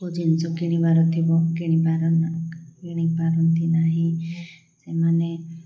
କେଉଁ ଜିନିଷ କିଣିବାର ଥିବ କିଣିପାର କିଣିପାରନ୍ତି ନାହିଁ ସେମାନେ